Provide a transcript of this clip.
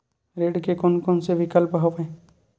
ऋण के कोन कोन से विकल्प हवय?